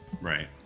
Right